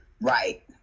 Right